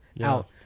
out